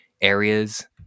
areas